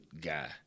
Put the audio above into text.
guy